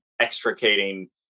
extricating